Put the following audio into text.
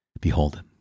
Behold